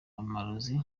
amarozi